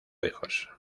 hijos